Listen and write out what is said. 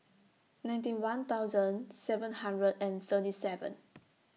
ninety one thousand seven hundred and thirty seven